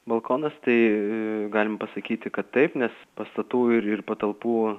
balkonas tai galime pasakyti kad taip nes pastatų ir patalpų